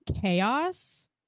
chaos